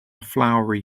flowery